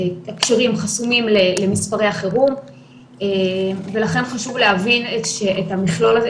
חסומים למספרי החירום ולכן חשוב להבין את המכלול הזה,